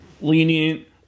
lenient